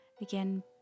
Again